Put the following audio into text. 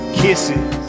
kisses